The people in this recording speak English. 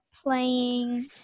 playing